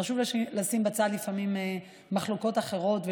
חשוב לשים בצד מחלוקות אחרות לפעמים